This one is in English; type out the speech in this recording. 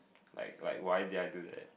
like like why did I do that